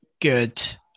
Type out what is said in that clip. good